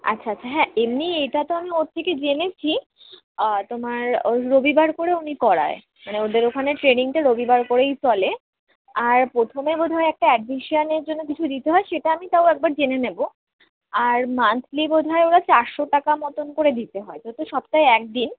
আচ্ছা আচ্ছা হ্যাঁ এমনি এটা তো আমি ওর থেকে জেনেছি তোমার রবিবার করে উনি করায় মানে ওদের ওখানে ট্রেনিংটা রবিবার করেই চলে আর প্রথমে বোধহয় একটা অ্যাডমিশনের জন্য কিছু দিতে হয় সেটা আমি তাও একবার জেনে নেবো আর মান্থলি বোধহয় ওরা চারশো টাকা মতোন করে দিতে হয় তো সপ্তাহে এক দিন